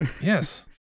Yes